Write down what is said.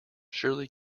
surely